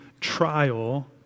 trial